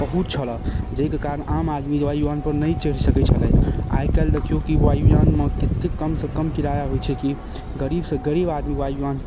बहुत छलऽ जाहिके कारण आम आदमी वायुयान पर नहि चढ़ि सकैत छलथि आइ काल्हि देखिऔ कि वायुयानमे कतेक कम सँ कम किराआ होइत छै की गरीब सँ गरीब आदमी वायुयान